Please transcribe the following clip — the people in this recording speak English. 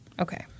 Okay